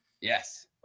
Yes